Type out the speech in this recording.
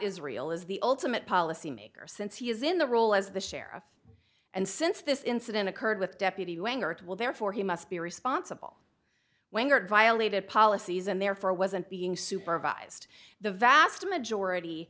israel is the ultimate policy maker since he is in the role as the sheriff and since this incident occurred with deputy winger it will therefore he must be responsible when violated policies and therefore wasn't being supervised the vast majority